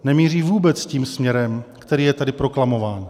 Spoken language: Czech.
Nemíří vůbec tím směrem, který je tady proklamován.